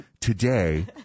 Today